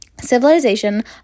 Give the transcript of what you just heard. Civilization